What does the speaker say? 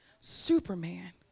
superman